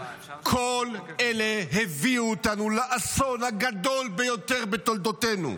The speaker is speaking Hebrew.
כל אלה הביאו אותנו לאסון הגדול ביותר בתולדותינו.